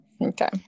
Okay